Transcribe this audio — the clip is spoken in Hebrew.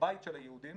כבית של היהודים,